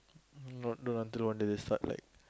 not don't until want they they start like